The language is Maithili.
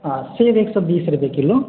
सेब एक सओ बीस रुपैए किलो